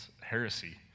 heresy